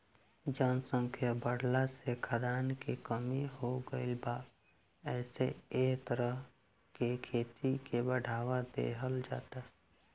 जनसंख्या बाढ़ला से खाद्यान के कमी हो गईल बा एसे एह तरह के खेती के बढ़ावा देहल जाता